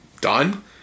done